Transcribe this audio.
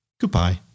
goodbye